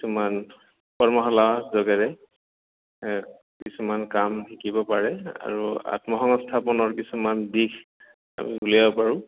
কিছুমান কৰ্মশালা যোগেৰে কিছুমান কাম শিকিব পাৰে আৰু আত্মসংস্থাপনৰ কিছুমান দিশ আমি উলিয়াব পাৰোঁ